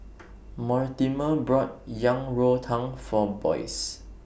Mortimer brought Yang Rou Tang For Boyce